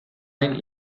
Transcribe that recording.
hain